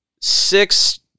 six